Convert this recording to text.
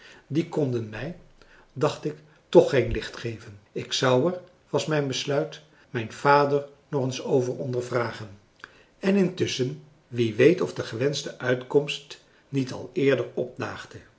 die konden mij dacht ik toch geen licht geven ik zou er was mijn besluit mijn vader nog eens over ondervragen en intusschen wie weet of de gewenschte uitkomst niet al eerder